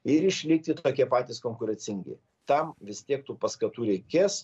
ir išlikti tokie patys konkurencingi tam vis tiek tų paskatų reikės